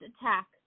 attack